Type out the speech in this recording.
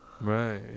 right